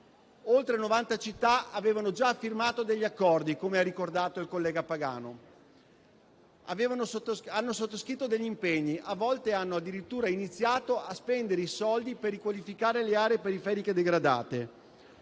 Oltre 90 città avevano già firmato degli accordi, come ha ricordato il collega Pagano. Hanno sottoscritto degli impegni e, a volte, hanno addirittura iniziato a spendere i soldi per riqualificare le aree periferiche degradate.